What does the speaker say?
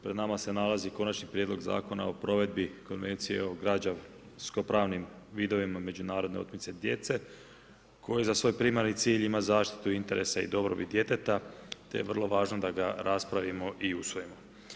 Pred nama se nalazi Konačni prijedlog Zakona o provedbi Konvencije o građanskopravnim vidovima međunarodne otmice djece koji za svoj primarni cilj ima zaštitu interesa i dobrobit djeteta te je vrlo važno da ga raspravimo i usvojimo.